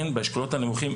באשכולות הנמוכים,